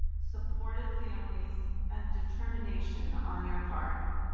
supportive families and determination on your part.